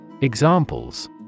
Examples